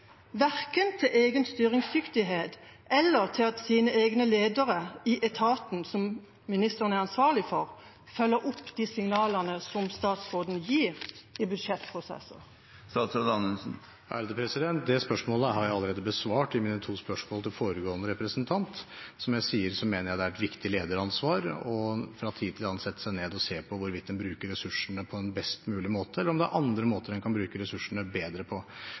verken til egen styringsdyktighet eller til at hans egne ledere i etaten, som ministeren er ansvarlig for, følger opp de signalene som statsråden gir i budsjettprosesser? Det spørsmålet er allerede besvart ved mine to svar til foregående representant.. Som jeg sa, mener jeg det er et viktig lederansvar fra tid til annen å sette seg ned og se på hvorvidt man bruker ressursene på best mulig måte, eller se på om det er andre måter man kan bruke ressursene bedre på.